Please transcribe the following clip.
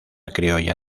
criolla